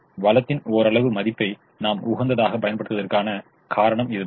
வளத்தின் ஓரளவு மதிப்பை நாம் உகந்ததாகப் பயன்படுத்துவதற்கான காரணம் இதுதான்